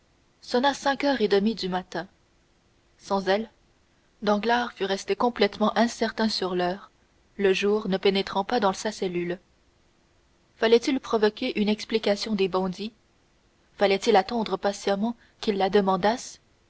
sonna cinq heures et demie du matin sans elle danglars fût resté complètement incertain sur l'heure le jour ne pénétrant pas dans sa cellule fallait-il provoquer une explication des bandits fallait-il attendre patiemment qu'ils la demandassent